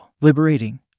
Liberating